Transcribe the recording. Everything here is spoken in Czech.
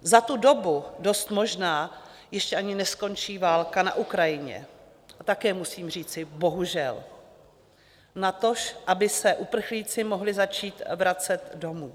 Za tu dobu dost možná ještě ani neskončí válka na Ukrajině, také musím říci bohužel, natož aby se uprchlíci mohli začít vracet domů.